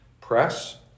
press